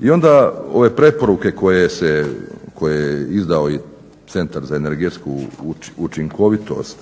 i onda ove preporuke koje je izdao i Centar za energetsku učinkovitost